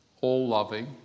all-loving